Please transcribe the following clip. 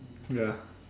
ya